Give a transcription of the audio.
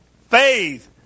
faith